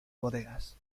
bodegas